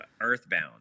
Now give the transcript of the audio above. earthbound